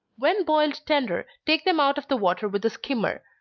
when boiled tender, take them out of the water with a skimmer,